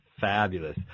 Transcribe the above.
fabulous